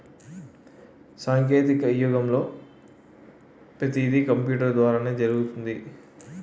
సాంకేతిక యుగంలో పతీది కంపూటరు ద్వారానే జరుగుతుంది